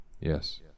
Yes